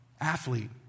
athlete